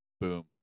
boom